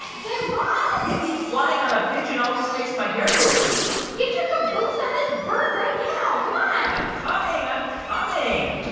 guy raz. mindy, flying on a pigeon always makes my hair go frizzy get your caboose on this bird right now. come on i'm coming. i'm coming